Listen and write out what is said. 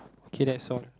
okay that's all